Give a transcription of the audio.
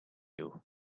you